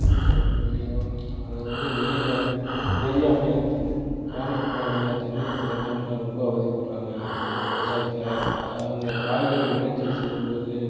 தண்ணி கிடைக்கும் படியும் அதை வந்து வெளியில் தெரியாமல் இருக்குது கிராமப்புறங்களில் தண்ணீர் கிடைக்காமல் ரொம்ப அவதி படுறாங்க விவசாயத்தில் அவங்க காய்கறி விளைச்சல் செய்யும் போது